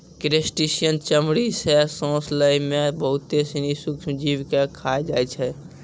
crustacean चमड़ी सें सांस लै में बहुत सिनी सूक्ष्म जीव के खाय जाय छै